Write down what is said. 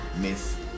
miss